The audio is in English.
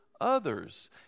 others